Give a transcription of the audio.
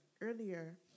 earlier